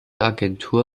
agentur